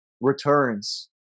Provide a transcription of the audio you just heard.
returns